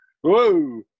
Whoa